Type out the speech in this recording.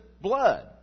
blood